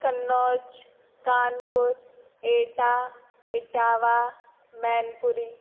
कन्नोज् कान्पुरम् एटा एटावा मेन्पुरिः